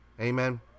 Amen